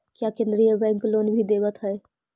क्या केन्द्रीय bank loan भी देवत हैं